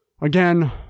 Again